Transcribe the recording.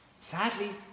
Sadly